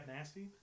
Nasty